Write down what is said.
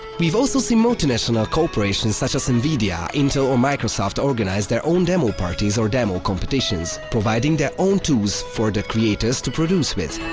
we've also seen multinational corporations such as nvidia, intel or microsoft organize their own demoparties or demo competitions, providing their own tools for the creators to produce with.